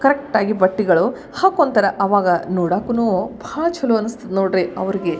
correct ಆಗಿ ಬಟ್ಟೆಗಳು ಹಾಕೊಂತಾರ ಆವಾಗ ನೋಡಕ್ಕೂನೂ ಭಾಳ ಛಲೋ ಅನಸ್ತದೆ ನೋಡಿರಿ ಅವ್ರಿಗೆ